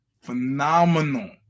Phenomenal